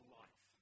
life